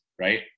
right